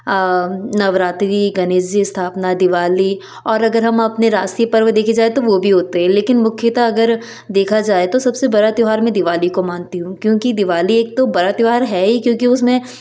नवरात्री गणेश जी स्थापना दिवाली और हम अपने राष्टीय पर्व देखे जाए तो भी होते है लेकिन मुख्यतः अगर देखा जाए तो सबसे बड़ा त्योहार मैं दिवाली को मानती हूँ क्योंकि दिवाली एक तो बड़ा त्योहार है ही क्योंकि उसमें